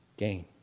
Gain